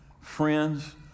friends